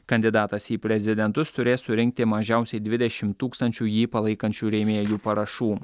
kandidatas į prezidentus turės surinkti mažiausiai dvidešimt tūkstančių jį palaikančių rėmėjų parašų